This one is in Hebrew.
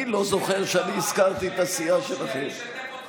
אני לא זוכר שהזכרתי את הסיעה שלכם.